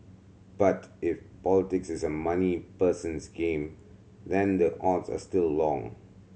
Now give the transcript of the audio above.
but if politics is a money person's game then the odds are still long